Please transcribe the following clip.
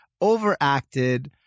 overacted